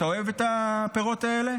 אתה אוהב את הפירות האלה?